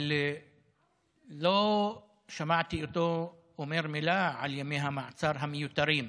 אבל לא שמעתי אותו אומר מילה על ימי המעצר המיותרים.